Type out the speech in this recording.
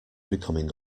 becoming